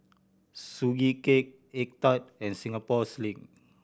Sugee Cake egg tart and Singapore Sling